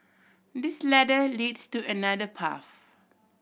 this ladder leads to another path